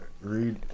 read